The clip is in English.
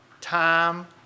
time